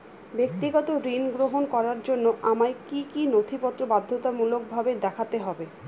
ব্যক্তিগত ঋণ গ্রহণ করার জন্য আমায় কি কী নথিপত্র বাধ্যতামূলকভাবে দেখাতে হবে?